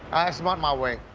so not my way.